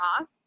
off